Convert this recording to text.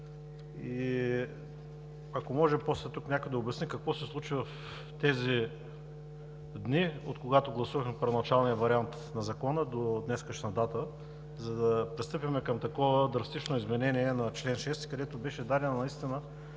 Ако може после тук някой да обясни – какво се случи в тези дни, от когато гласувахме първоначалния вариант на Закона до днешна дата, за да пристъпим към такова драстично изменение на чл. 6, където беше дадена наистина